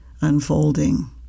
unfolding